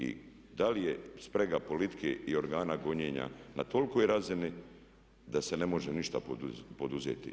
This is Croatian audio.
I da li je sprega politike i organa gonjenja na tolikoj razini da se ne može ništa poduzeti?